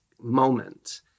moment